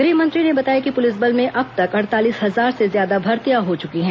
गृहमंत्री ने बताया कि पुलिस बल में अब तक अड़तालीस हजार से ज्यादा भर्तियां हो चुकी है